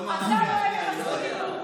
אין לך זכות דיבור.